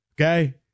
Okay